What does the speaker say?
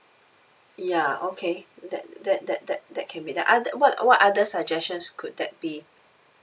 ya okay that that that that that can be the done oth~ what what other suggestions could that be